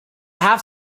have